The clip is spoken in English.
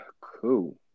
Cool